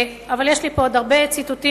יש לי פה עוד הרבה ציטוטים,